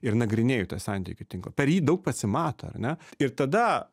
ir nagrinėju tą santykių tinklą per jį daug pasimato ar ne ir tada